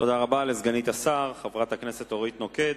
תודה רבה לסגנית השר, חברת הכנסת אורית נוקד.